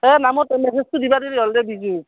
এই নামৰ মেছেজটো দিবা দিলে হ'ল দে বিজুক